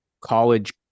college